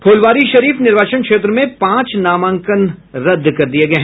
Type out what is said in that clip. फुलवारी शरीफ निर्वाचन क्षेत्र में पांच नामांकन रद्द कर दिये गये